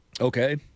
Okay